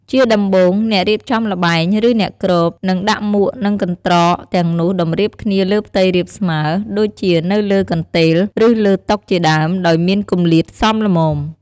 ជាដំបូង អ្នករៀបចំល្បែង ឬអ្នកគ្រប នឹងដាក់មួកនិងកន្ត្រកទាំងនោះតម្រៀបគ្នាលើផ្ទៃរាបស្មើ ដូចជានៅលើកន្ទេល ឬលើតុជាដើម ដោយមានគម្លាតសមល្មម។